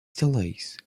delays